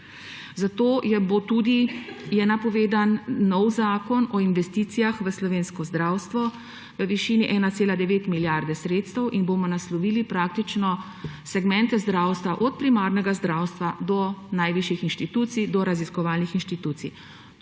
Zato je tudi napovedan novi zakon o investicijah v slovensko zdravstvo v višini 1,9 milijarde sredstev in bomo naslovili praktično segmente zdravstva, od primarnega zdravstva, najvišjih institucij do raziskovalnih institucij.